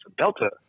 Delta